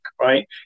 right